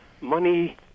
money